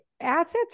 assets